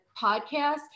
podcast